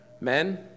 Men